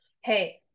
hey